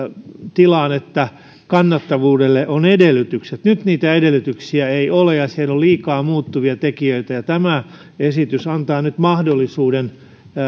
tilaan että kannattavuudelle on edellytykset nyt niitä edellytyksiä ei ole ja siellä on liikaa muuttuvia tekijöitä tämä esitys antaa nyt mahdollisuuden